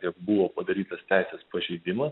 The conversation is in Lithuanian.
ir buvo padarytas teisės pažeidimas